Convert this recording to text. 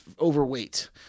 overweight